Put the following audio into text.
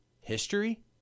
history